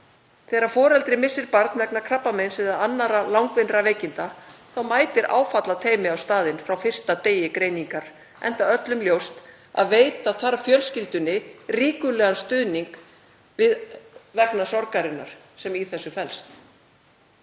Þegar foreldri missir barn vegna krabbameins eða annarra langvinnra veikinda mætir áfallateymi á staðinn frá fyrsta degi greiningar, enda öllum ljóst að veita þarf fjölskyldunni ríkulegan stuðning vegna sorgarinnar sem í þessu felst.